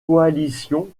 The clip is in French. coalition